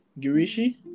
girish